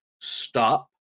stop